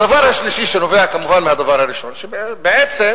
הדבר השלישי, שנובע כמובן מהדבר הראשון, שבעצם